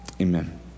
Amen